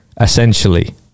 essentially